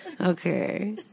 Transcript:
okay